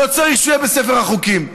לא צריך שהוא יהיה בספר החוקים,